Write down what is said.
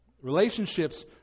Relationships